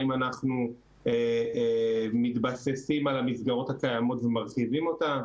האם אנחנו מתבססים על המסגרות הקיימות ומרחיבים אותן,